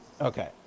Okay